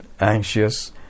anxious